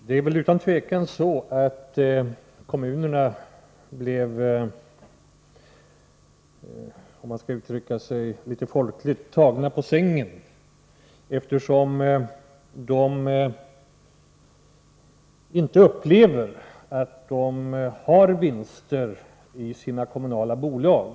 Herr talman! Kommunerna blev, om jag får uttrycka mig litet folkligt, utan tvivel tagna på sängen när det gäller denna vinstdelningsskatt för kommunala bolag. De upplever nämligen inte att de gör några vinster på sina kommunala bolag.